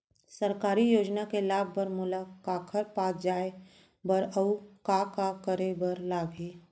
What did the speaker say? सरकारी योजना के लाभ बर मोला काखर पास जाए बर अऊ का का करे बर लागही?